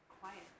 quiet